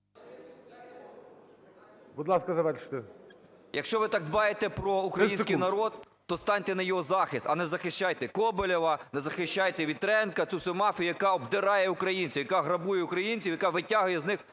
Якщо ви так дбаєте про український народ, то станьте на його захист, а не захищайте Коболєва, не захищайте Вітренка – цю всю мафію, яка обдирає українців, яка грабує українців, яка витягує з них